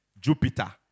Jupiter